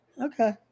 okay